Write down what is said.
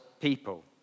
people